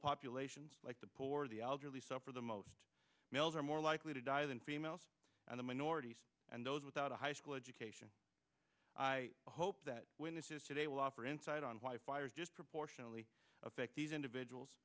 populations like the poor the elderly suffer the most males are more likely to die than females and minorities and those without a high school education hope that witnesses today will offer insight on why fires just proportionately affect these individuals